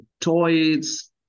toys